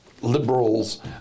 liberals